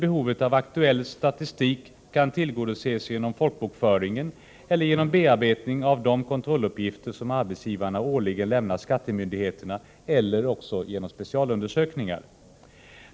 Behovet av aktuell statistik kan tillgodoses genom folkbokföringen eller genom bearbetning av de kontrolluppgifter som arbetsgivarna årligen lämnar skattemyndigheterna, eller också genom specialundersökningar.